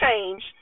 change